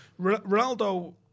Ronaldo